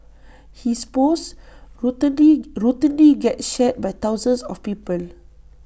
his posts routinely routinely get shared by thousands of people